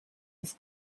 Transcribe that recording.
des